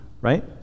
right